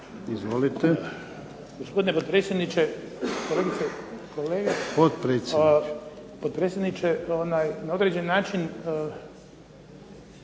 Izvolite.